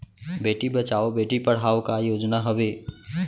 बेटी बचाओ बेटी पढ़ाओ का योजना हवे?